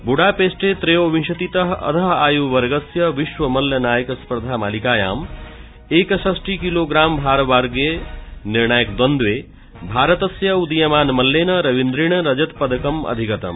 बुडापेस्टे त्रयोविंशतितः अधः आयुवर्गस्य विश्व मल्ल नायक स्पर्धा मालिकायाम् एकषष्टि किलोग्राम भारवर्गीये निर्णायक द्वन्द्वे भारतस्य उदीयमान मल्लेन रवीन्द्रेण रजत पदकम् अधिगतम्